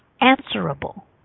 Answerable